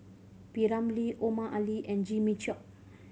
P Ramlee Omar Ali and Jimmy Chok